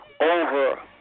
over